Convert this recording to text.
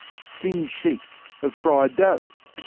thin sheets of fried dough.